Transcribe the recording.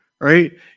Right